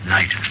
Night